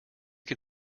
can